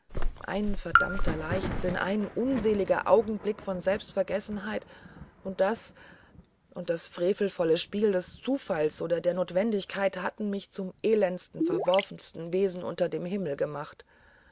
ein verdammter leichtsinn ein unseliger augenblick von selbstvergessenheit und das und das frevelvolle spiel des zufalls oder der notwendigkeit hatten mich zum elendesten verworrensten wesen unter dem himmel gemacht